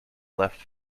left